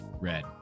Red